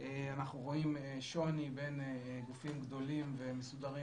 אנחנו רואים שוני בין גופים גדולים ומסודרים